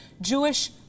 Jewish